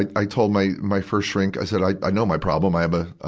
i, i told my, my first shrink, i said, i, i know my problem. i have a, a,